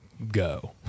go